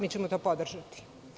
Mi ćemo to podržati.